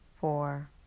four